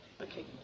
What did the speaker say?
Okay